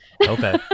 Okay